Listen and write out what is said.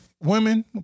Women